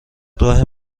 راه